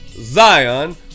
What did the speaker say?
Zion